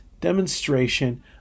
demonstration